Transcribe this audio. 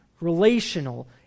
relational